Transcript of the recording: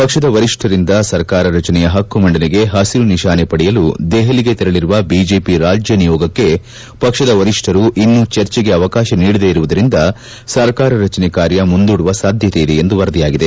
ಪಕ್ಷದ ವರಿಷ್ಠರಿಂದ ಸರ್ಕಾರ ರಚನೆಯ ಪಕ್ಷ ಮಂಡನೆಗೆ ಪಸಿರುನಿಶಾನೆ ಪಡೆಯಲು ದೆಪಲಿಗೆ ತೆರಳಿರುವ ಬಿಜೆಪಿ ರಾಜ್ಯ ನಿಯೋಗಕ್ಕೆ ಪಕ್ಷದ ವರಿಷ್ಠರು ಇನ್ನು ಚರ್ಚೆಗೆ ಅವಕಾಶ ನೀಡದೇ ಇರುವುದರಿಂದ ಸರ್ಕಾರ ರಚನೆ ಕಾರ್ಯ ಮುಂದೂಡುವ ಸಾಧ್ಯತೆ ಇದೆ ಎಂದು ವರದಿಯಾಗಿದೆ